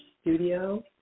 studio